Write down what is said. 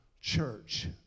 church